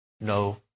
no